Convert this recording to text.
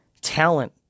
talent